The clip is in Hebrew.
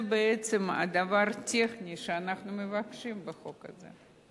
זה בעצם דבר טכני שאנחנו מבקשים בחוק הזה.